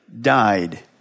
died